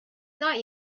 thought